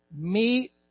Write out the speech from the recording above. Meet